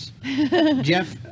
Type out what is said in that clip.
Jeff